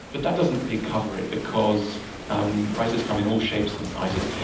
but that doesn't really cover it because um writers come in all shapes and sizes.